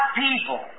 people